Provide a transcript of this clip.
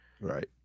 right